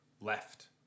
left